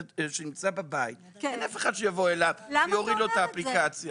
שנמצא בבית אין אף אחד שיבוא אליו ויוריד לו את האפליקציה.